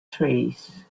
trees